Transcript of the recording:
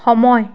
সময়